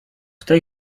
tej